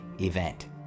event